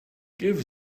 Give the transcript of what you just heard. give